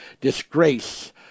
disgrace